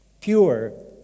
pure